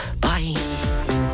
Bye